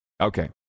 Okay